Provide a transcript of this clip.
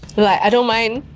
like i don't mind